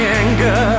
anger